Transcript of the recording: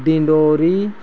Dindori